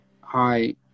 Hi